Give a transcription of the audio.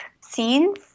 scenes